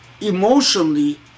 emotionally